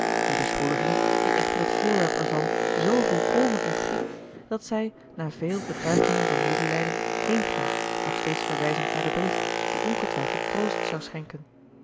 stroomden een beschuldiging die echter het voorwerp ervan z volkomen ontging dat zij na veel betuigingen van medelijden heenging nog steeds verwijzend naar den brief die ongetwijfeld troost zou schenken